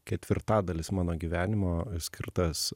ketvirtadalis mano gyvenimo skirtas